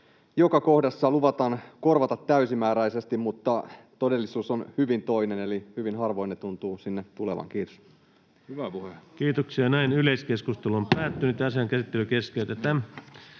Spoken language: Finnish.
joka kohdassa luvataan korvata täysimääräisesti, mutta todellisuus on hyvin toinen, eli hyvin harvoin ne tuntuvat sinne tulevan. — Kiitos. Ensimmäiseen käsittelyyn esitellään